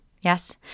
Yes